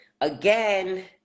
again